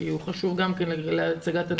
כי הוא חשוב גם כן להצגת הנתונים.